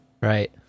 Right